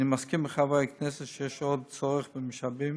אני מסכים עם חברי הכנסת שיש עוד צורך במשאבים